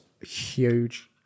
huge